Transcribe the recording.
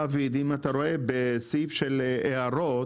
אם תראה בסעיף ההערות,